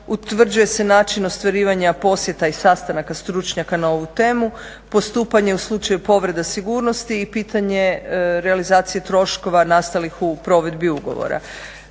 utvrđuje se način ostvarivanja posjeta i sastanaka stručnjaka na ovu temu, postupanje u slučaju povrede sigurnosti i pitanje realizacije troškova nastalih u provedbi ugovora.